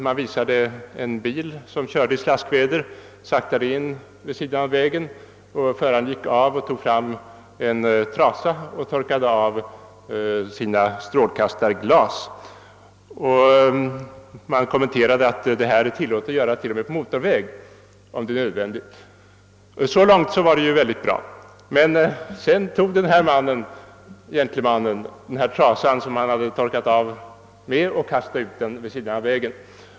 Man visade en bil som körde i slaskväder, den saktade in vid sidan av vägen och föraren gick av och tog fram en trasa och torkade av sina strålkastarglas, och man kommenterade detta med att säga att det är tillåtet att göra, till och med på motorväg, om det är nödvändigt. Så långt var det ju mycket bra. Men sedan tog denne gentleman trasan, som han torkade av glasen med och kastade ut den vid sidan av vägen.